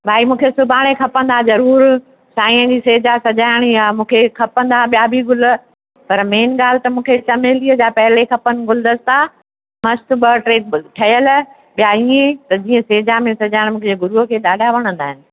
भाई मूंखे सुभाणे खपंदा ज़रूर साईं जी सेजा सजाइणी आहे मूंखे खपंदा ॿिया बि गुल पर मेन ॻाल्हि त मूंखे चमेलीअ जा पहले खपनि गुलदस्ता मस्तु ॿ टे ठहियल या ईअं ए जीअं सेजा में सजाइण मु़ंहिंजे गुरुअ खे ॾाढा वणंदा आहिनि